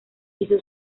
hizo